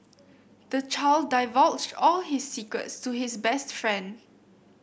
the child divulged all his secrets to his best friend